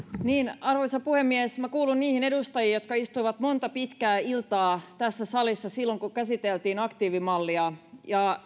arvoisa puhemies minä kuulun niihin edustajiin jotka istuivat monta pitkää iltaa tässä salissa silloin kun käsiteltiin aktiivimallia ja